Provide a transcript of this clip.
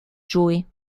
joe